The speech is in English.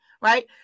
Right